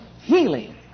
healing